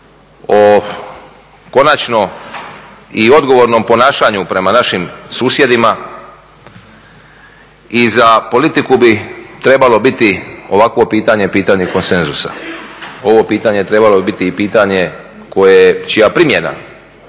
o konačno i odgovornom ponašanju prema našim susjedima i za politiku bi trebalo biti ovakvo pitanje, pitanje konsenzusa, ovo pitanje bi trebalo biti i pitanje čija primjena,